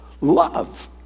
Love